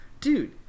dude